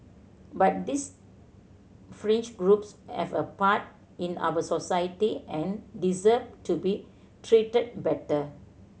but these fringe groups have a part in our society and deserve to be treated better